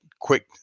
quick